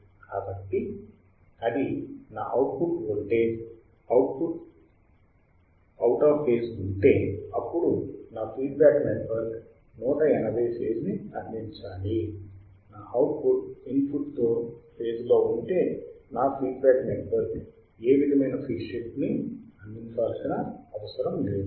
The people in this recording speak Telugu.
కాబట్టి అది నా output voltage out of phase ఉంటే అప్పుడు నా ఫీడ్బ్యాక్ నెట్వర్క్ 180 ఫేజ్ ని అందించాలి నా అవుట్ పుట్ ఇన్పుట్ తో ఫేజ్ లో ఉంటే నా ఫీడ్ బ్యాక్ నెట్వర్క్ ఏ విధమైన ఫేజ్ షిఫ్ట్ ని అందించాల్సిన అవసరం లేదు